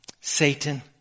Satan